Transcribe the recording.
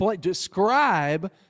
Describe